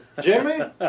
Jimmy